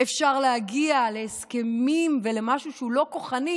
אפשר להגיע להסכמים ולמשהו שהוא לא כוחני,